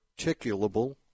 articulable